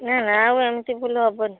ନା ନା ଆଉ ଏମିତି ଭୁଲ୍ ହେବନି